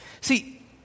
See